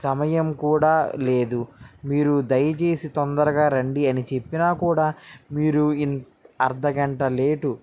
సమయం కూడా లేదు మీరు దయచేసి తొందరగా రండి అని చెప్పినా కూడా మీరు అర్థగంట లేటు